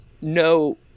no –